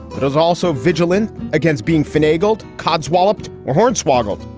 but was also vigilant against being finagled. codswallop or hornswoggled?